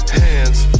hands